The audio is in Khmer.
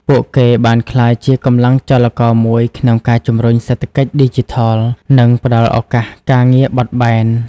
ពួកគេបានក្លាយជាកម្លាំងចលករមួយក្នុងការជំរុញសេដ្ឋកិច្ចឌីជីថល និងផ្តល់ឱកាសការងារបត់បែន។